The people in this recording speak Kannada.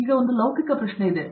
ನನಗೆ ಲೌಕಿಕ ಪ್ರಶ್ನೆ ಇದೆ